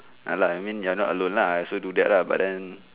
ya lah I mean you're not alone lah I also do that lah but then